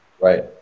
Right